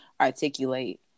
articulate